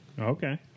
Okay